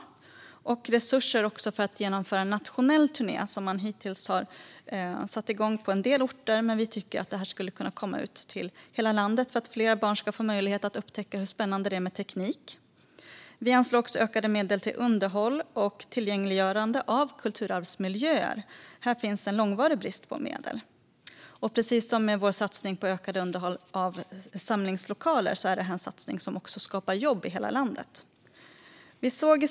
Vi avsätter också resurser för att genomföra en nationell turné som man hittills har satt igång på en del orter, men vi tycker att den skulle kunna komma ut till hela landet för att fler barn ska få möjlighet att upptäcka hur spännande det är med teknik. Vi anslår också ökade medel till underhåll och tillgängliggörande av kulturarvsmiljöer. Här är det en långvarig brist på medel. Precis som med vår satsning på ökade underhåll av samlingslokaler är det här en satsning som skapar jobb i hela landet.